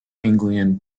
anglian